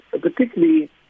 particularly